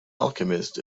alchemist